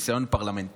עם ניסיון פרלמנטרי,